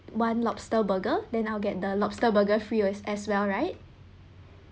one lobster burger then I'll get the lobster burger free as as well right